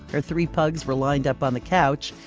her three pugs were lined up on the couch,